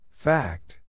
Fact